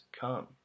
come